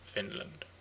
Finland